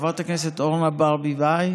חברת הכנסת אורנה ברביבאי.